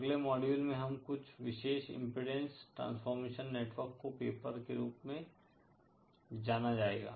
अगले मॉड्यूल में हम कुछ विशेष इम्पीडेन्स ट्रांसफॉर्मेशन नेटवर्क को पेपर के रूप में जाना जाएगा